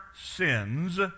sins